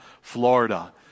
Florida